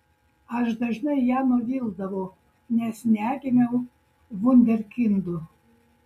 aš dažnai ją nuvildavau nes negimiau vunderkindu